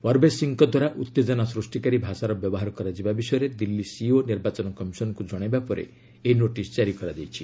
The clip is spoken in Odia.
ପରବେଶ୍ ସିଂହଙ୍କଦ୍ୱାରା ଉତ୍ତେଜନା ସୃଷ୍ଟିକାରୀ ଭାଷାର ବ୍ୟବହାର କରାଯିବା ବିଷୟରେ ଦିଲ୍ଲୀ ସିଇଓ ନିର୍ବାଚନ କମିଶନ୍ଙ୍କୁ ଜଣାଇବା ପରେ ଏହି ନୋଟିସ୍ ଜାରି କରାଯାଇଛି